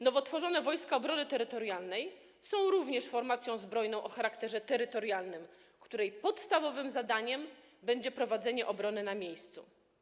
Nowo tworzone Wojska Obrony Terytorialnej są również formacją zbrojną o charakterze terytorialnym, której podstawowym zadaniem będzie prowadzenie obrony na miejscu.